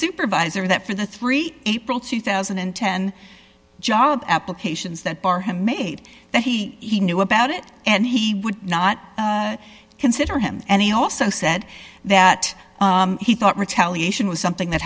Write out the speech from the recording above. supervisor that for the three april two thousand and ten job applications that bar him made that he knew about it and he would not consider him and he also said that he thought retaliation was something that